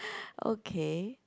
okay